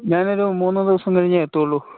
ഞാനൊരു മൂന്ന് ദിവസം കഴിഞ്ഞേ എത്തുകയുള്ളൂ